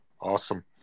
Awesome